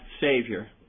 Savior